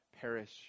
perish